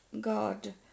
God